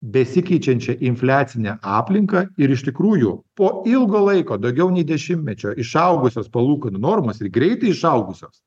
besikeičiančią infliacinę aplinką ir iš tikrųjų po ilgo laiko daugiau nei dešimtmečio išaugusios palūkanų normos ir greitai išaugusios